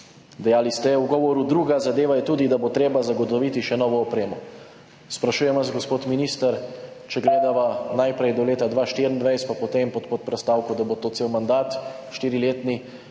Dejali ste v govoru, »druga zadeva je tudi, da bo treba zagotoviti še novo opremo«. Sprašujem vas, gospod minister, če gledava najprej do leta 2024 pa potem pod predpostavko, da bo to cel mandat, štiriletni: